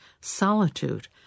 solitude